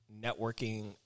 networking